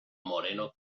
moreno